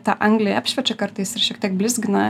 tą anglį apšviečia kartais ir šiek tiek blizgina